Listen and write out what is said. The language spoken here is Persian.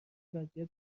وضعیت